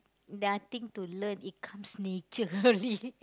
nothing to learn it comes naturally